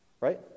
right